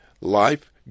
life